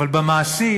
אבל במעשים